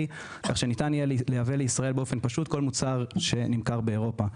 כך שניתן יהיה לייבא לישראל באופן פשוט כל מוצר שנמכר באירופה.